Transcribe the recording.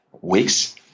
weeks